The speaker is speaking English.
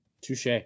Touche